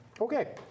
Okay